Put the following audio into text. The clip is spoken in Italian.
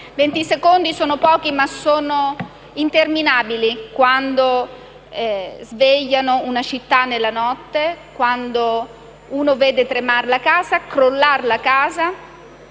secondi sono pochi, ma sono interminabili quando svegliano una città nella notte; quando si vede tremare e crollare la casa